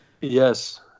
Yes